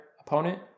opponent